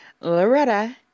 Loretta